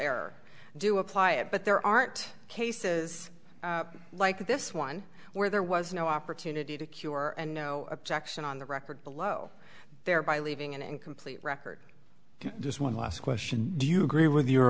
error do apply it but there aren't cases like this one where there was no opportunity to cure and no objection on the record below thereby leaving an incomplete record and just one last question do you agree with your